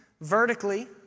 vertically